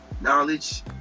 knowledge